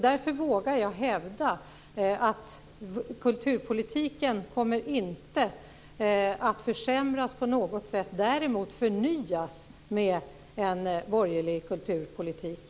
Därför vågar jag hävda att kulturpolitiken inte kommer att försämras på något sätt, utan den kommer däremot att förnyas, med en borgerlig kulturpolitik.